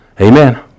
Amen